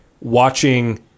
watching